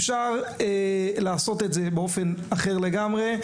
אפשר לעשות את זה באופן אחר לגמרי.